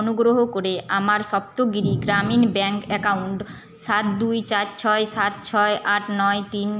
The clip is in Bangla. অনুগ্রহ করে আমার সপ্তগিরি গ্রামীণ ব্যাঙ্ক অ্যাকাউন্ট সাত দুই চার ছয় সাত ছয় আট নয় তিন